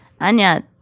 Anya